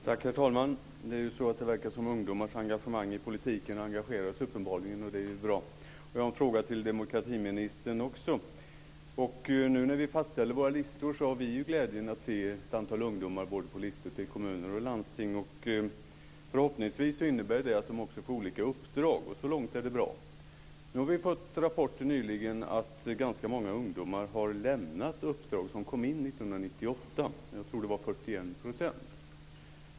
Herr talman! Ungdomars engagemang i politiken engagerar oss uppenbarligen, och det är ju bra. Nu när vi fastställer våra listor har vi ju glädjen att se ett antal ungdomar på listor till både kommuner och landsting. Förhoppningsvis innebär det att de också får olika uppdrag, och så långt är det bra. Nyligen har vi fått rapporter om att ganska många ungdomar som kom in 1998 har lämnat sina uppdrag - jag tror att det var 41 %.